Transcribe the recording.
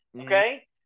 Okay